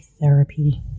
therapy